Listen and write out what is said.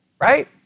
right